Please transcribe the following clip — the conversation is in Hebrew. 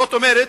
זאת אומרת,